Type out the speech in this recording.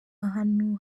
ahantu